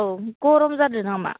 औ गरम जादो नामा